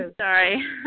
sorry